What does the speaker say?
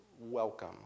Welcome